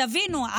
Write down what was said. תבינו,